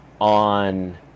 on